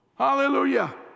Hallelujah